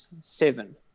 seven